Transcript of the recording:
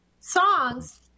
songs